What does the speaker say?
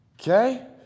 Okay